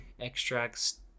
extracts